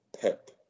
Pep